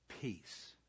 Peace